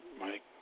Mike